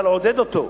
אלא לעודד אותו,